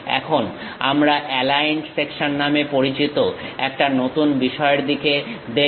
এখন আমরা aligned section নামে পরিচিত একটা নতুন বিষয়ের দিকে দেখব